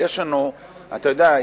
אתה יודע,